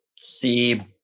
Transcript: see